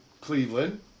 Cleveland